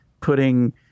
putting